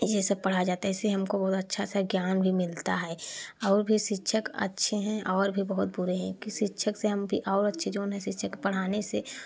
ये सब पढ़ा जाता है इससे हमको बहुत अच्छा सा ज्ञान भी मिलता है और भी शिक्षक अच्छे हैं और भी बहुत बुरे हैं किसी शिक्षक से हम भी और चीजों में शिक्षक पढ़ाने से